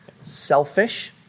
Selfish